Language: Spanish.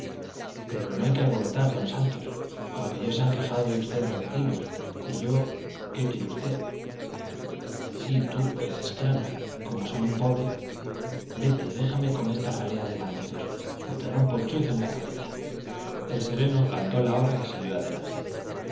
pero no hay que alborotar don santos porque ya se han quejado de usted los vecinos y yo qué quiere usted sí tú es claro como soy un pobre vete déjame con esta ralea de bandidos o te rompo el chuzo en la cabeza el sereno cantó la hora y siguió adelante